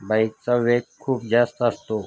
बाईकचा वेग खूप जास्त असतो